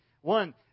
One